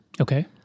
Okay